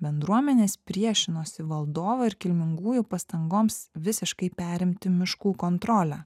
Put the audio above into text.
bendruomenės priešinosi valdovo ir kilmingųjų pastangoms visiškai perimti miškų kontrolę